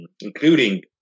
including